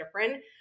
different